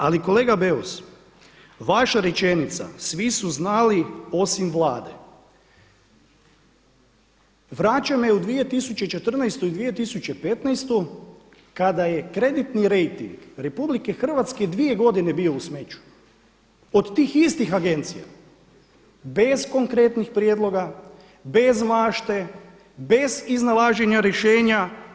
Ali kolega Beus vaša rečenica svi su znali osim Vlade vraća me u 2014. i 2015. kada je kreditni rejting RH dvije godine bio u smeću od tih istih agencija bez konkretnih prijedloga, bez mašte, bez iznalaženja rješenja.